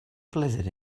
blizzard